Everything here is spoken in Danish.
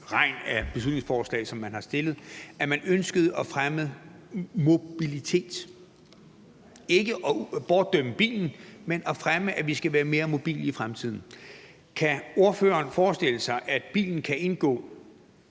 regn af beslutningsforslag, som man har fremsat, sådan, at man ønskede at fremme mobiliteten, altså ikke at bortdømme bilen, men at fremme, at vi skal være mere mobile i fremtiden. Kan ordføreren forestille sig, at bilen kan indgå